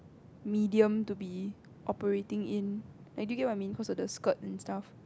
medium to be operating in and do you get what I mean cause of the skirt and stuff